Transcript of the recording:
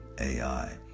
AI